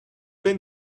been